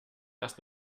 erst